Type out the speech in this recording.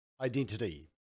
identity